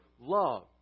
love